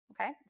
Okay